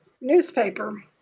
newspaper